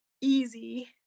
easy